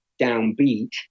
downbeat